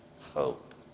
hope